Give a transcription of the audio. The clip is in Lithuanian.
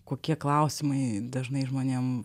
kokie klausimai dažnai žmonėm